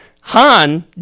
han